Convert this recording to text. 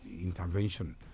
intervention